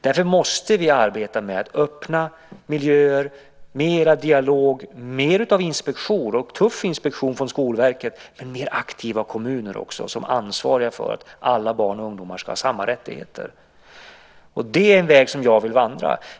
Därför måste vi arbeta med öppna miljöer, mera dialog, mer av tuff inspektion från Skolverket men också mer aktiva kommuner, som är ansvariga för att alla barn och ungdomar ska ha samma rättigheter. Det är en väg som jag vill vandra.